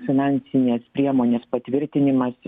finansinės priemonės patvirtinimas